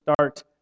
Start